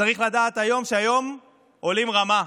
צריך לדעת היום שהיום עולים רמה,